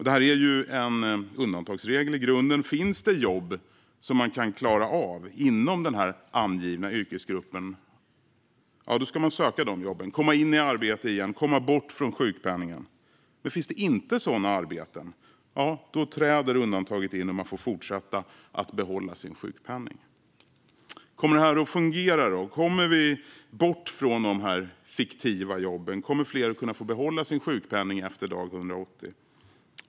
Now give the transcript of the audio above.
Det här är en undantagsregel i grunden. Finns det jobb som man kan klara av inom den angivna yrkesgruppen ska man söka de jobben för att komma in i arbete igen och komma bort från sjukpenningen. Men finns det inga sådana arbeten träder undantaget in och man får behålla sin sjukpenning. Kommer det här att fungera då? Kommer vi bort från de fiktiva jobben? Kommer fler att kunna behålla sin sjukpenning efter dag 180?